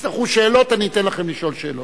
תצטרכו שאלות, אני אתן לכם לשאול שאלות.